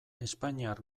espainiar